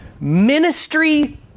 ministry